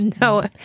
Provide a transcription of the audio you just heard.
No